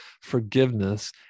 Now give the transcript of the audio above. forgiveness